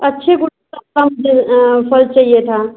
अच्छे गुड फल चाहिए था